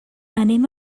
anem